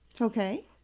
Okay